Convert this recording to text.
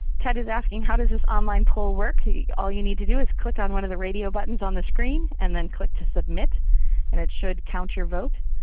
ted is asking, how does this online poll work? all you need to do is click on one of the radio buttons on the screen and then click to submit and it should count your vote.